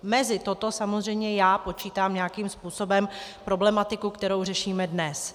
Mezi toto samozřejmě počítám nějakým způsobem problematiku, kterou řešíme dnes.